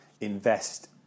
invest